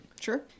Sure